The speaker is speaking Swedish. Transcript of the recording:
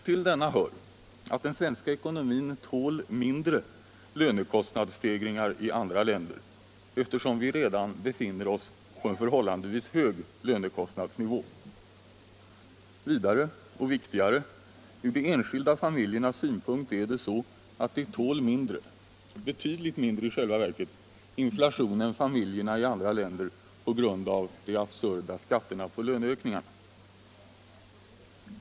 Till denna hör att den svenska ekonomin tål mindre lönekostnadsstegringar än andra länders, eftersom vi redan befinner oss på en förhållandevis hög lönekostnadsnivå. Vidare — och viktigare: De enskilda familjerna tål mindre — betydligt mindre — inflation än familjerna i andra länder på grund av de absurda skatterna på löneökningarna.